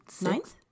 ninth